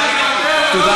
תודה.